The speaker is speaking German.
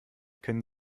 können